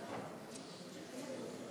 הצעת